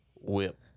Whip